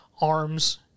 arms